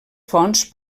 fonts